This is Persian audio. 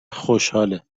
خوشحاله